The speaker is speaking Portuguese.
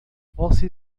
você